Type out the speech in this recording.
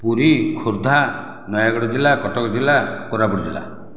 ପୁରୀ ଖୋର୍ଦ୍ଧା ନୟାଗଡ଼ ଜିଲ୍ଲା କଟକ ଜିଲ୍ଲା କୋରାପୁଟ ଜିଲ୍ଲା